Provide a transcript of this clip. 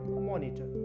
monitor